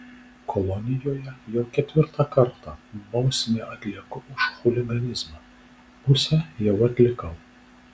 kolonijoje jau ketvirtą kartą bausmę atlieku už chuliganizmą pusę jau atlikau